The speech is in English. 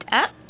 up